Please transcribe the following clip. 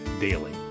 Daily